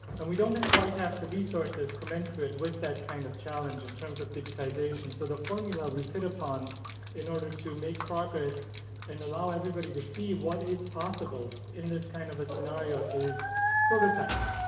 and we don't quite have the resources commensurate with that kind of challenge in terms of digitization, so the formula we've hit upon in order to make progress and allow everybody to see what is possible in this kind of a scenario is prototypes.